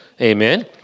Amen